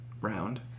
round